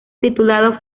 titulado